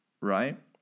right